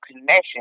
connection